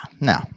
no